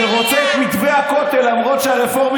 שרוצה את מתווה הכותל למרות שהרפורמים